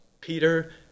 Peter